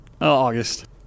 August